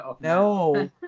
no